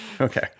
Okay